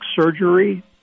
surgery